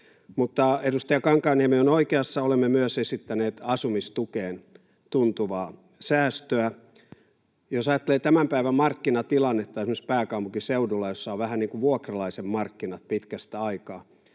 Mutta edustaja Kankaanniemi on oikeassa. Olemme myös esittäneet asumistukeen tuntuvaa säästöä. Jos ajattelee tämän päivän markkinatilannetta esimerkiksi pääkaupunkiseudulla, missä on vähän niin kuin vuokralaisen markkinat pitkästä aikaa,